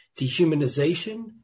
dehumanization